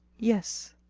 yes.